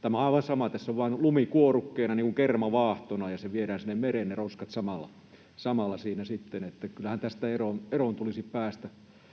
tämä on aivan sama. Tässä on vain lumi kuorrukkeena, niin kuin kermavaahtona, ja viedään sinne mereen ne roskat samalla siinä sitten. Kyllähän tästä eroon tulisi päästä.